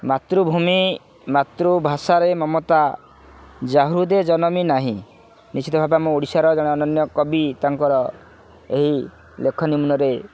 ମାତୃଭୂମି ମାତୃଭାଷାରେ ମମତା ଯା ହୃଦେ ଜନମି ନାହିଁ ନିଶ୍ଚିତ ଭାବେ ଆମ ଓଡ଼ିଶାର ଜଣେ ଅନନ୍ୟ କବି ତାଙ୍କର ଏହି ଲେଖ ନିମ୍ନରେ